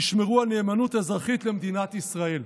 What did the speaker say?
ישמרו על נאמנות אזרחית למדינת ישראל.